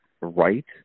right